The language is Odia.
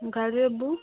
ଗାଡ଼ିର ବୁକ୍